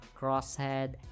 crosshead